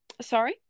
Sorry